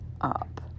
up